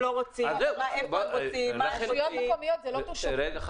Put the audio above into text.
הם לא רוצים -- רשויות מקומיות --- אני